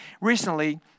Recently